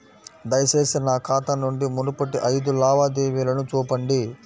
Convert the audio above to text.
దయచేసి నా ఖాతా నుండి మునుపటి ఐదు లావాదేవీలను చూపండి